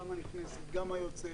גם הנכנסת וגם היוצאת.